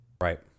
Right